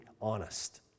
honest